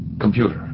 Computer